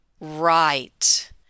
Right